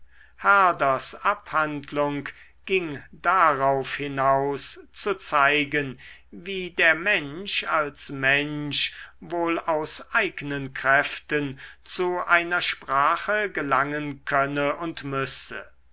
herders abhandlung ging darauf hinaus zu zeigen wie der mensch als mensch wohl aus eignen kräften zu einer sprache gelangen könne und müsse